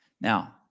Now